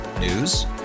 News